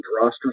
roster